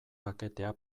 paketea